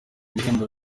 ibihembo